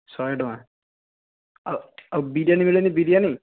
ଶହେ ଟଙ୍କା ଆଉ ଆଉ ବିରିୟାନି ମିଳେନି ବିରିୟାନି